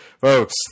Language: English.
Folks